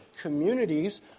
communities